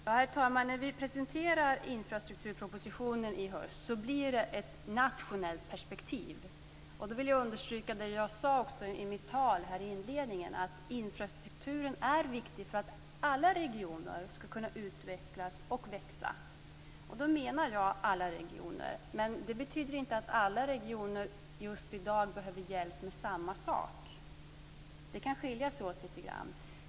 Herr talman! Infrastrukturpropositionen som vi presenterar i höst kommer att ha ett nationellt perspektiv. Jag vill också understryka det som jag sade i inledningen av mitt tal, att infrastrukturen är viktig för att alla regioner ska kunna utvecklas och växa. Och då menar jag alla regioner. Men det betyder inte att alla regioner just i dag behöver hjälp med samma sak. Det kan skilja sig åt lite grann.